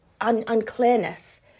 unclearness